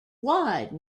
wide